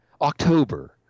October